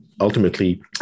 ultimately